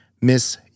Miss